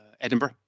Edinburgh